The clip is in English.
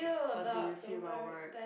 what do you feel about work